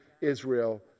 Israel